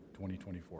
2024